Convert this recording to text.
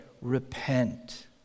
repent